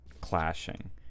clashing